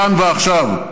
כאן ועכשיו,